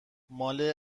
ماله